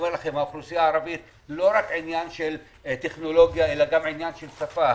האוכלוסייה הערבית לא רק עניין של טכנולוגיה אלא גם עניין של שפה.